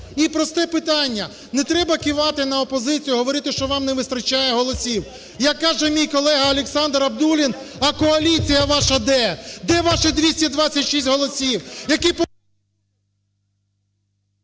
І просте питання. Не треба кивати на опозицію і говорити, що вам не вистачає голосів, як каже мій колега Олександр Абдуллін: "А коаліція ваше де? Де ваші 226 голосів,